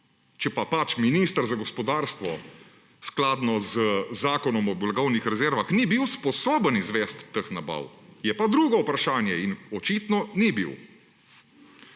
Če pa pač minister za gospodarstvo, skladno z Zakonom o blagovnih rezervah, ni bil sposoben izvest teh nabav, je pa drugo vprašanje. In očitno ni bil.